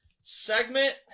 segment